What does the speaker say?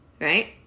right